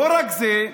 לא רק זה,